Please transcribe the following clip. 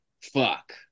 fuck